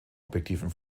objektiven